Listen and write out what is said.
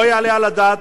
לא יעלה על הדעת,